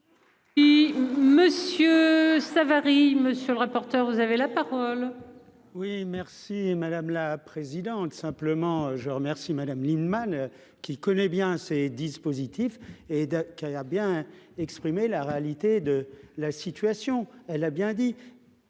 Y'où Monsieur Savary. Monsieur le rapporteur. Vous avez la parole. Oui merci madame la présidente. Simplement je remercie Madame Lienemann qui connaît bien ces dispositifs et de qui a bien exprimé la réalité de la situation, elle a bien dit.